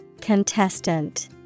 Contestant